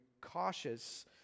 cautious